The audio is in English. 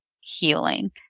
healing